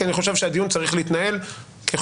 כי אני חושב שהדיון צריך להתנהל ככל